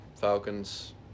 Falcons